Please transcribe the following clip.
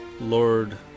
Lord